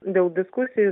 daug diskusijų